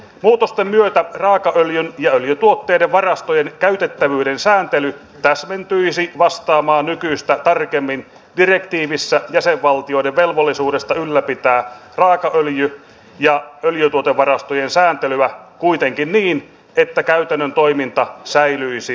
muutosten myötä raakaöljyn ja öljytuotteiden varastojen käytettävyyden sääntely täsmentyisi vastaamaan nykyistä tarkemmin direktiiviä jäsenvaltioiden velvollisuudesta ylläpitää raakaöljy ja öljytuotevarastojen sääntelyä kuitenkin niin että käytännön toiminta säilyisi nykyisenä